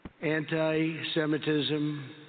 Anti-Semitism